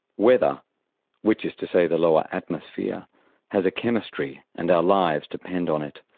weather which is to say the lower atmosphere has a chemistry and our lives depend on it.